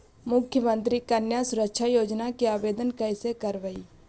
मुख्यमंत्री कन्या सुरक्षा योजना के आवेदन कैसे करबइ?